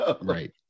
Right